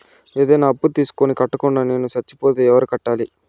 ఏదైనా అప్పు తీసుకొని కట్టకుండా నేను సచ్చిపోతే ఎవరు కట్టాలి?